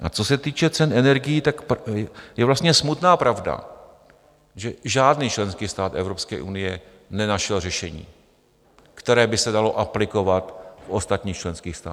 A co se týče cen energií, tak pak je vlastně smutná pravda, že žádný členský stát Evropské unie nenašel řešení, které by se dalo aplikovat v ostatních členských státech.